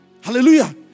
Hallelujah